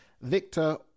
Victor